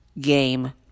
game